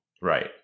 Right